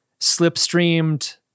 slipstreamed